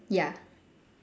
ya